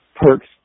perks